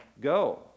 go